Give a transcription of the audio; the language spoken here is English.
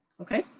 okay,